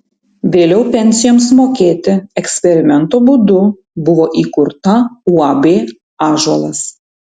vėliau pensijoms mokėti eksperimento būdu buvo įkurta uab ąžuolas